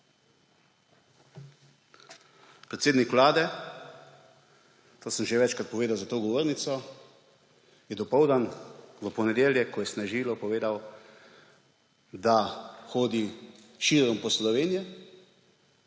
Predsednik Vlade, to sem že večkrat povedal za to govornico, je dopoldan, v ponedeljek, ko je snežilo, povedal, da hodi širom po Sloveniji,